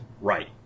Right